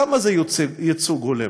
כמה זה ייצוג הולם.